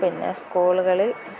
പിന്നെ സ്കൂളുകൾ